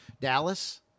Dallas